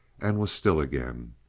and was still again.